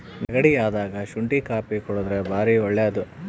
ನೆಗಡಿ ಅದಾಗ ಶುಂಟಿ ಕಾಪಿ ಕುಡರ್ದೆ ಬಾರಿ ಒಳ್ಳೆದು